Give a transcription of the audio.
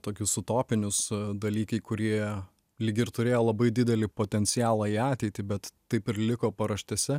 tokius utopinius dalykai kurie lyg ir turėjo labai didelį potencialą į ateitį bet taip ir liko paraštėse